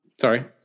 Sorry